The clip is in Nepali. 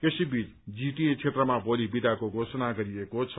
यसै बीच जीटीए क्षेत्रमा भोली विदाको घोषणा गरिएको छ